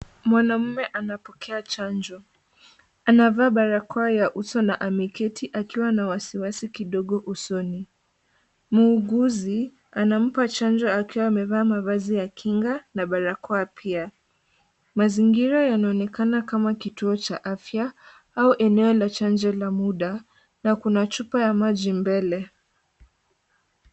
Mwanaume anapokea chanjo. Anavaa barakoa ya uso na ameketi akiwa na wasiwasi kidogo usoni. Muuguzi anampa chanjo akiwa amevaa mavazi ya kinga na barakoa pia. Mazingira yanaonekana kama kituo cha afya au eneo la chanjo la muda, na kuna chupa ya maji mbele.